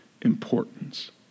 importance